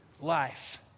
life